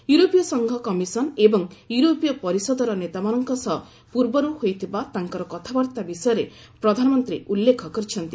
ୟୁରୋପୀୟ ସଂଘ କମିଶନ୍ ଏବଂ ୟୁରୋପୀୟ ପରିଷଦର ନେତାମାନଙ୍କ ସହ ପୂର୍ବରୁ ହୋଇଥିବା ତାଙ୍କର କଥାବାର୍ତ୍ତା ବିଷୟରେ ପ୍ରଧାନମନ୍ତ୍ରୀ ଉଲ୍ଲେଖ କରିଛନ୍ତି